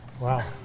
Wow